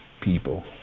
people